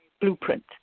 Blueprint